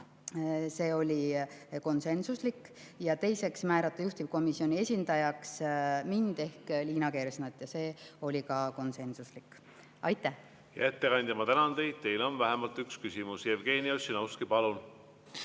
see oli konsensuslik otsus, ja määrata juhtivkomisjoni esindajaks mind ehk Liina Kersna, see oli ka konsensuslik. Aitäh! Hea ettekandja, ma tänan teid. Teile on vähemalt üks küsimus. Jevgeni Ossinovski, palun!